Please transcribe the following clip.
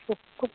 जेबो